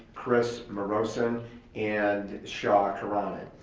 chris morosin and shaw coronin.